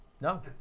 No